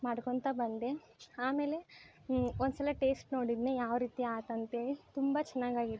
ಮಾಡ್ಕೊಳ್ತಾ ಬಂದೆ ಆಮೇಲೆ ಒಂದು ಸಲ ಟೇಸ್ಟ್ ನೋಡಿದ್ನಿ ಯಾವ ರೀತಿ ಆಯ್ತು ಅಂಥೇಳಿ ತುಂಬ ಚೆನ್ನಾಗಾಗಿತ್ತು